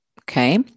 Okay